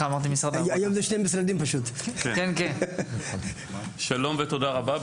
שלום ותודה רבה.